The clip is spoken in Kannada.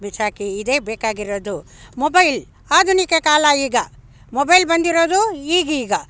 ಬಿಸಾಕಿ ಇದೇ ಬೇಕಾಗಿರೋದು ಮೊಬೈಲ್ ಆಧುನಿಕ ಕಾಲ ಈಗ ಮೊಬೈಲ್ ಬಂದಿರೋದು ಈಗೀಗ